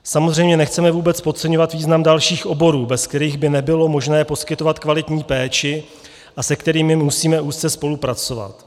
Samozřejmě nechceme vůbec podceňovat význam dalších oborů, bez kterých by nebylo možné poskytovat kvalitní péči a se kterými musíme úzce spolupracovat.